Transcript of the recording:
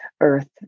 earth